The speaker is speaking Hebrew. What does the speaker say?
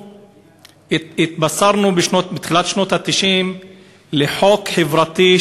התבשרנו בתחילת שנות ה-90 על חוק חברתי,